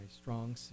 strong